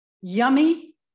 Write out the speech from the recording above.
yummy